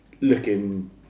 Looking